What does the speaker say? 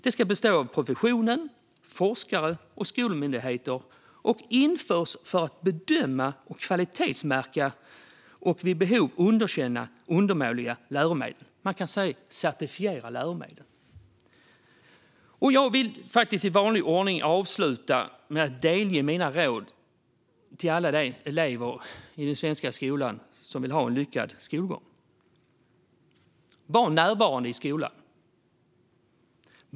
Det ska bestå av professionen, forskare och skolmyndigheter, och det ska införas för att bedöma och kvalitetsmärka läromedel samt vid behov underkänna undermåliga läromedel. Man kan säga att det är fråga om att certifiera läromedel. Jag vill i vanlig ordning avsluta med att ge råd till alla elever i den svenska skolan som vill ha en lyckad skolgång. Var närvarande i skolan.